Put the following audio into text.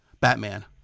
Batman